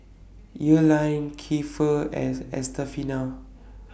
Earline Kiefer and Estefania